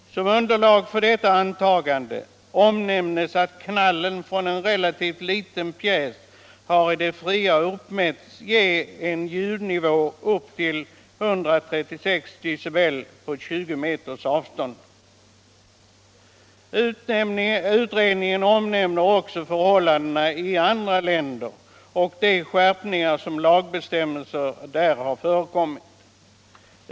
Som underlag för detta antagande omnämns att knallen från en relativt liten pjäs i det fria har uppmätts ge en ljudnivå upp till 136 dB på 20 m avstånd. Utredningen omnämner också förhållandena i andra länder och de skärpningar av lagbestämmelserna som där förekommit.